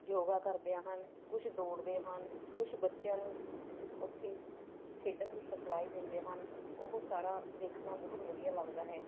ਯੋਗਾ ਕਰਦੇ ਹਨ ਕੁਛ ਦੌੜਦੇ ਹਨ ਕੁਛ ਬੱਚਿਆਂ ਨੂੰ ਉੱਥੇ ਖੇਡਣ ਦੀ ਸਿਖਲਾਈ ਦਿੰਦੇ ਹਨ ਉਹ ਸਾਰਾ ਦੇਖਣਾ ਬਹੁਤ ਵਧੀਆ ਲੱਗਦਾ ਹੈ